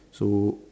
so